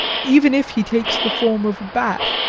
even if he takes the form of a bat,